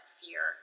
fear